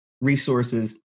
resources